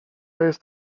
jest